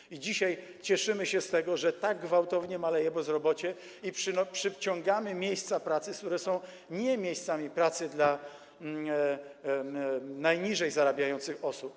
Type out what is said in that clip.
Dlatego dzisiaj cieszymy się z tego, że tak gwałtownie maleje bezrobocie i przyciągamy miejsca pracy, które są nie miejscami pracy dla najniżej, najmniej zarabiających osób.